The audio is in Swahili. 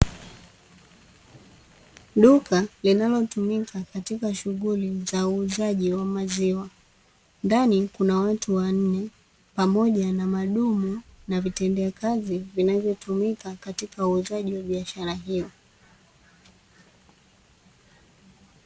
Duka linalotumika katika shughuli za uuzaji wa maziwa, ndani kuna watu wanne pamoja na madumu na vitendea kazi vinavyotumika katika uuzaji wa biashara hiyo.